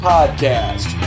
Podcast